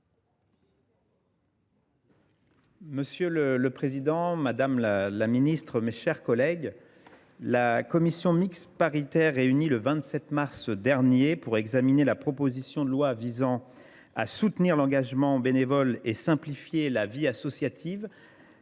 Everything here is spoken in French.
Monsieur le président, madame la ministre déléguée, mes chers collègues, la commission mixte paritaire qui s’est réunie le 27 mars dernier pour examiner la proposition de loi visant à soutenir l’engagement bénévole et à simplifier la vie associative